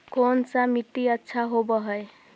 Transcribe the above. कोन सा मिट्टी अच्छा होबहय?